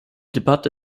debatte